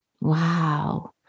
Wow